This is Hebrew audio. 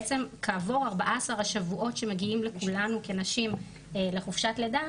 בעצם כעבור 14 השבועות שמגיעים לכולנו כנשים לחופשת לידה,